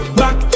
back